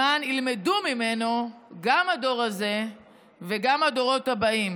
למען ילמדו ממנו גם הדור הזה וגם הדורות הבאים.